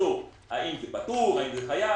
לגישתו האם זה פטור, האם זה חייב.